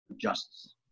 justice